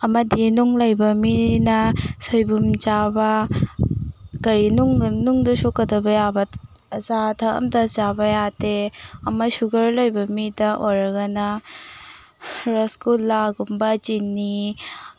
ꯑꯃꯗꯤ ꯅꯨꯡ ꯂꯩꯕ ꯃꯤꯅ ꯁꯣꯏꯕꯨꯝ ꯆꯥꯕ ꯀꯔꯤ ꯅꯨꯡ ꯅꯨꯡꯗ ꯁꯣꯛꯀꯗꯕ ꯌꯥꯕ ꯑꯆꯥ ꯑꯊꯛ ꯑꯃꯠꯇ ꯆꯥꯕ ꯌꯥꯗꯦ ꯑꯃ ꯁꯨꯒꯔ ꯂꯩꯕ ꯃꯤꯗ ꯑꯣꯏꯔꯒꯅ ꯔꯥꯁꯒꯨꯂꯥꯒꯨꯝꯕ ꯆꯤꯅꯤ